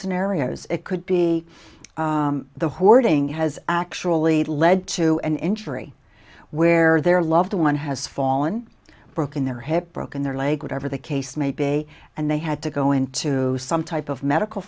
scenarios it could be the hoarding has actually led to an injury where their loved one has fallen broken their hip broken their leg would ever the case may be a and they had to go into some type of medical